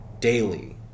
daily